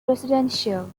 residential